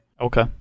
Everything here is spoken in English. okay